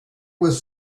was